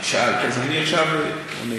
שאלת, אז אני עכשיו אענה.